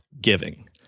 giving